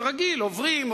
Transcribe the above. כרגיל עוברים,